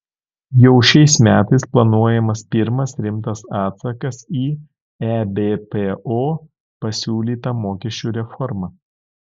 jau šiais metais planuojamas pirmas rimtas atsakas į ebpo pasiūlytą mokesčių reformą